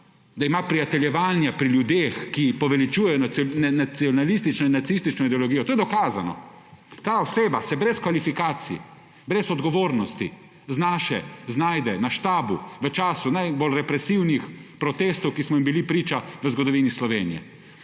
da ima prijateljevanje pri ljudeh, ki poveličujejo nacionalistične, nacistično ideologijo, to je dokazano, ta oseba se brez kvalifikacij, brez odgovornosti znajde na štabu v času najbolj represivnih protestov, ki smo jih bili priča v zgodovini Slovenije.